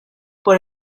por